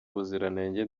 ubuziranenge